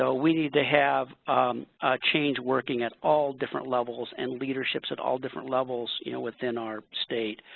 so we need to have change working at all different levels and leadership that all different levels you know within our state.